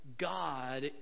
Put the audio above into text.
God